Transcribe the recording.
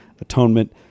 Atonement